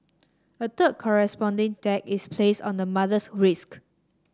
a third corresponding tag is placed on the mother's risk